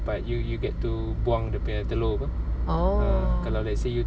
but you you get to buang dia punya telur apa ah kalau let's say you